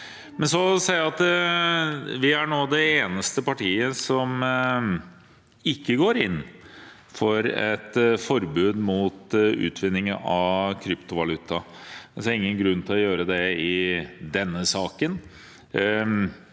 vi nå er det eneste partiet som ikke går inn for et forbud mot utvinning av kryptovaluta. Jeg ser ingen grunn til å gjøre det i denne saken.